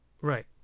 Right